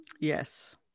Yes